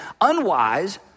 unwise